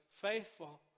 faithful